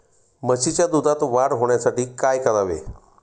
म्हशीच्या दुधात वाढ होण्यासाठी काय करावे?